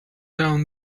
down